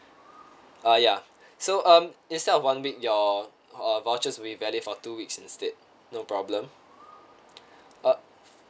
uh ya so um instead of one week your uh vouchers will be valid for two weeks instead no problem uh